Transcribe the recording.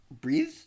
breathe